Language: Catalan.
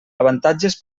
avantatges